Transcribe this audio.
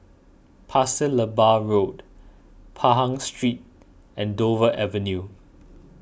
Pasir Laba Road Pahang Street and Dover Avenue